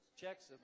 checks